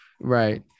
right